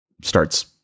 starts